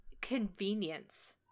convenience